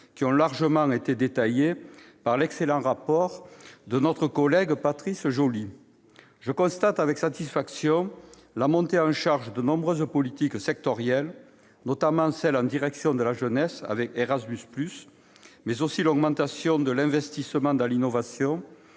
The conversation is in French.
ils sont largement détaillés dans l'excellent rapport de notre collègue Patrice Joly. Je constate avec satisfaction la montée en charge de nombreuses politiques sectorielles, notamment celles en direction de la jeunesse, avec Erasmus +, mais aussi l'augmentation de l'investissement dans l'innovation